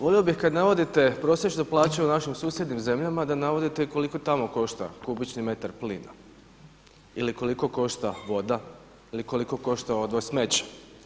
Volio bih kada navodite prosječnu plaću u našim susjednim zemljama da navodite i koliko tamo košta kubični metar plina ili koliko košta voda ili koliko košta odvoz smeća.